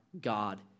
God